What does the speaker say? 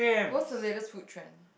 what's the latest food trend